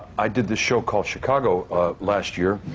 i did this show called chicago last year.